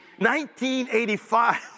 1985